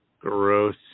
Gross